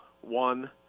one